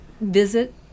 visit